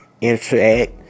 interact